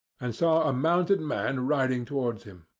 and saw a mounted man riding towards him.